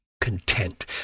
content